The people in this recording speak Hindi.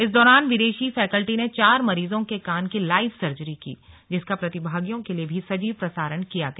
इस दौरान विदेशी फैकल्टी ने चार मरीजों के कान की लाइव सर्जरी की जिसका प्रतिभागियों के लिए भी सजीव प्रसारण किया गया